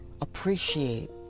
appreciate